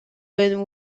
when